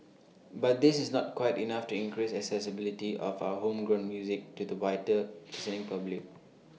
but this is not quite enough to increase accessibility of our homegrown music to the wider listening public